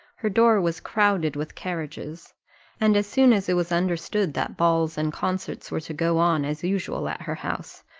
her door was crowded with carriages and as soon as it was understood that balls and concerts were to go on as usual at her house,